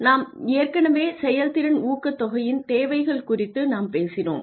நாம் ஏற்கனவே செயல்திறன் ஊக்கத்தொகையின் தேவைகள் குறித்து நாம் பேசினோம்